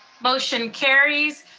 motion carries.